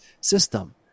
system